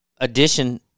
addition